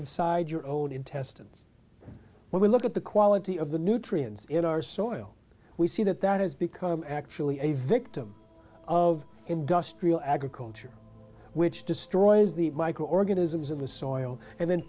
inside your own intestines when we look at the quality of the nutrients in our soil we see that that has become actually a victim of industrial agriculture which destroys the microorganisms in the soil and then